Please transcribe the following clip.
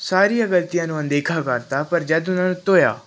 ਸਾਰੀਆਂ ਗਲਤੀਆਂ ਨੂੰ ਅਣਦੇਖਾ ਕਰ ਤਾ ਪਰ ਜਦੋਂ ਉਹਨਾਂ ਨੂੰ ਧੋਇਆ